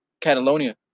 Catalonia